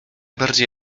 bardziej